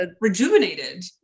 rejuvenated